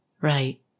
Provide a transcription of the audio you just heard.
Right